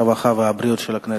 הרווחה והבריאות של הכנסת.